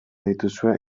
dituzue